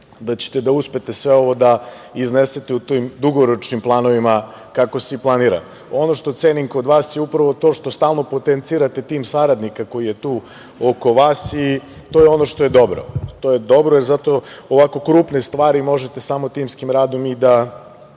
da ćete da uspete sve ovo da iznesete u tim dugoročnim planovima kako se i planira. Ono što cenim kod vas je upravo to što stalno potencirate tim saradnika koji je tu oko vas i to je ono što je dobro. Dobro je, jer ovako krupne stvari možete samo timskim radom i da